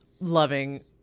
loving